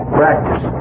practice